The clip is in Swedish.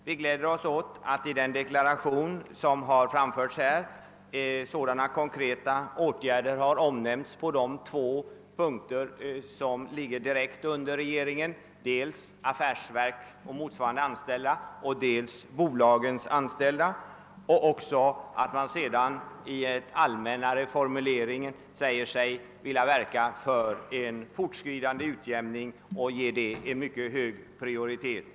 Vi gläder oss åt att i den deklaration som här gjorts sådana konkreta åtgärder har omnämnts på de två områden som ligger direkt under regeringen, nämligen dels affärsverkens anställda och dels de statliga bolagens anställda, ävensom att man rent allmänt säger sig vilja verka för en fortskridande utjämning och ge den saken mycket hög prioritet.